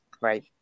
right